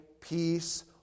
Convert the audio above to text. peace